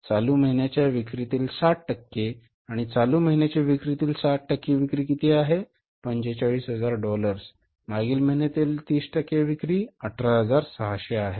चालू महिन्याच्या विक्रीतील 60 टक्के आणि चालू महिन्याच्या विक्रीतील 60 टक्के विक्री किती आहे 45000 डॉलर्स मागील महिन्यातील 30 टक्के विक्री 18600 आहे